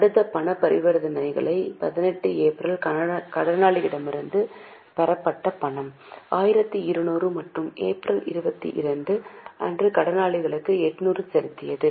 அடுத்த பண பரிவர்த்தனை 18 ஏப்ரல் கடனாளர்களிடமிருந்து பெறப்பட்ட பணம் 1200 மற்றும் ஏப்ரல் 22 அன்று கடனாளிகளுக்கு 800 செலுத்தியது